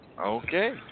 Okay